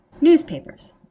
Newspapers